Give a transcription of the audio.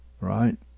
right